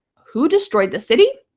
who destroyed the city?